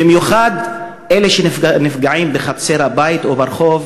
במיוחד אלה שנפגעים בחצר הבית או ברחוב,